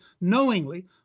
knowingly